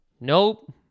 nope